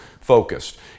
focused